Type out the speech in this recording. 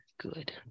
good